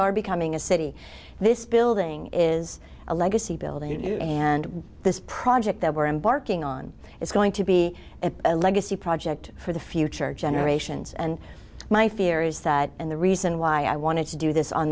are becoming a city this building is a legacy building and this project that we're embarking on is going to be a legacy project for the future generations and my fear is that and the reason why i wanted to do this on